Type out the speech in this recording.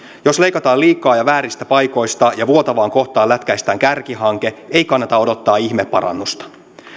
jos leikataan liikaa ja vääristä paikoista ja vuotavaan kohtaan lätkäistään kärkihanke ei kannata odottaa ihmeparannusta